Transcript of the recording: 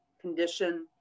condition